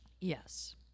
Yes